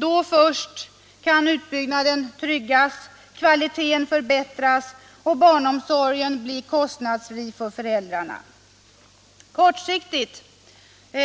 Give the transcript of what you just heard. Då först kan utbyggnaden tryggas, kvaliteten förbättras och barnomsorgen bli kostnadsfri för föräldrarna. Kortsiktigt